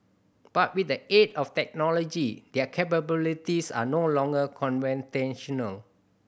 but with the aid of technology their capabilities are no longer conventional